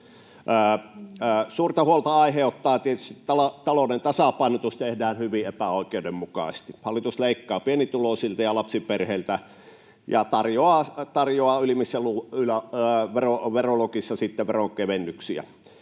Suurta huolta aiheuttaa tietysti se, että talouden tasapainotus tehdään hyvin epäoikeudenmukaisesti. Hallitus leikkaa pienituloisilta ja lapsiperheiltä ja tarjoaa sitten ylimmissä veroluokissa veronkevennyksiä.